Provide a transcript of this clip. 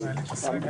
שאלות.